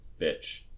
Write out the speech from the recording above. bitch